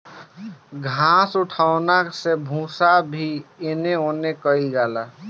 घास उठौना से भूसा भी एने ओने कइल जाला